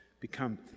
become